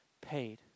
paid